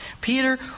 Peter